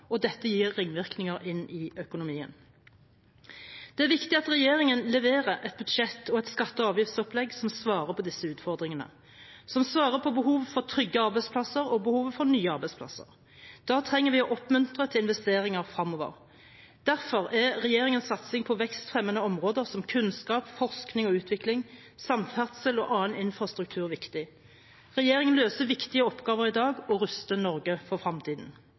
og dette gir ringvirkninger inn i økonomien. Det er viktig at regjeringen leverer et budsjett og et skatte- og avgiftsopplegg som svarer på disse utfordringene, som svarer på behovet for trygge arbeidsplasser og behovet for nye arbeidsplasser. Da trenger vi å oppmuntre til investeringer fremover. Derfor er regjeringens satsing på vekstfremmende områder som kunnskap, forskning og utvikling, samferdsel og annen infrastruktur viktig. Regjeringen løser viktige oppgaver i dag og ruster Norge for